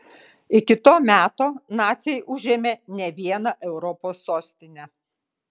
iki to meto naciai užėmė ne vieną europos sostinę